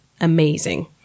amazing